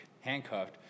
handcuffed